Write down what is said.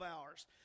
hours